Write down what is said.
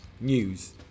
news